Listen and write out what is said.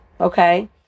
Okay